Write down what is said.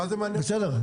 מה זה מעניין --- איתן,